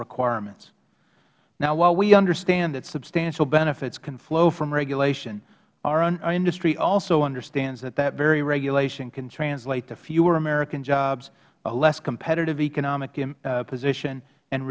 requirements now while we understand that substantial benefits can flow from regulation our industry also understands that that very regulation can translate to fewer american jobs a less competitive economic position and